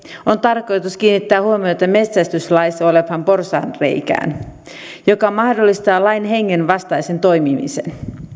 on tarkoitus kiinnittää huomiota metsästyslaissa olevaan porsaanreikään joka mahdollistaa lain hengen vastaisen toimimisen